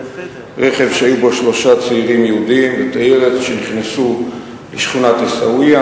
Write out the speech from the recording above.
רכב שהיו בו שלושה צעירים יהודים ותיירת שנכנסו לשכונת עיסאוויה,